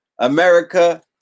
America